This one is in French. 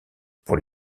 pour